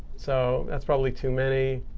so that's probably too many.